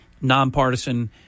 nonpartisan